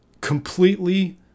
completely